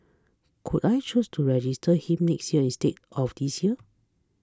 could I choose to register him next year instead of this year